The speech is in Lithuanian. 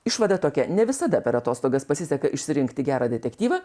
išvada tokia ne visada per atostogas pasiseka išsirinkti gerą detektyvą